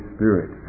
Spirit